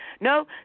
No